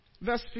Verse